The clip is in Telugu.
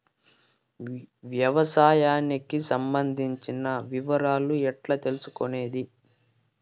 వ్యవసాయానికి సంబంధించిన వివరాలు ఎట్లా తెలుసుకొనేది?